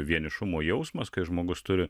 vienišumo jausmas kai žmogus turi